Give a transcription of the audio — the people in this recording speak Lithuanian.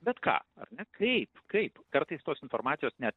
bet ką ar ne kaip kaip kartais tos informacijos net